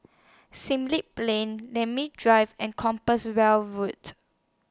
Plain Namly Drive and Compassvale Road